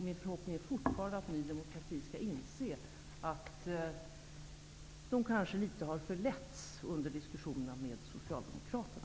Min förhoppning är fortfarande att nydemokraterna skall inse att de kanske förletts under diskussionerna med Socialdemokraterna.